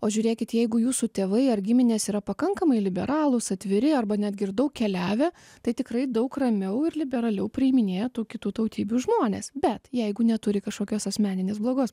o žiūrėkit jeigu jūsų tėvai ar giminės yra pakankamai liberalūs atviri arba netgi ir daug keliavę tai tikrai daug ramiau ir liberaliau priiminėja tų kitų tautybių žmones bet jeigu neturi kažkokios asmeninės blogos